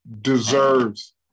deserves